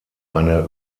eine